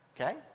Okay